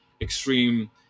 extreme